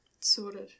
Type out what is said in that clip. Sorted